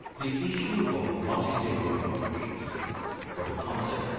the issue of multi-stakeholder partnerships or the concept